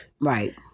Right